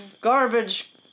garbage